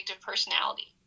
personality